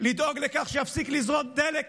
לדאוג לכך שיפסיק לזרום דלק